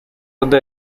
antes